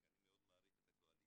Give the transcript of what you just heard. ואני מאוד מעריך את הקואליציה,